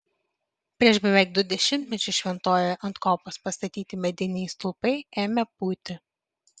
prieš beveik du dešimtmečius šventojoje ant kopos pastatyti mediniai stulpai ėmė pūti